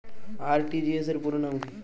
RTGS র পুরো নাম কি?